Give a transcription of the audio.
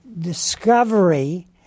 discovery